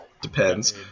depends